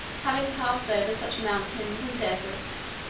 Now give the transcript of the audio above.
having passed over such mountains and deserts,